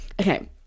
okay